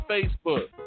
Facebook